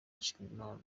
nshimiyimana